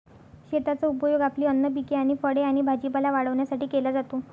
शेताचा उपयोग आपली अन्न पिके आणि फळे आणि भाजीपाला वाढवण्यासाठी केला जातो